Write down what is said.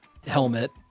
helmet